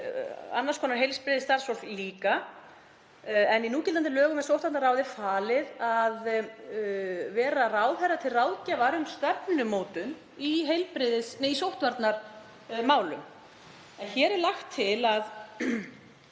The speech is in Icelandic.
annars konar heilbrigðisstarfsfólk líka. Í núgildandi lögum er sóttvarnaráði falið að vera ráðherra til ráðgjafar um stefnumótun í sóttvarnamálum. En hér er lagt til að